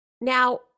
now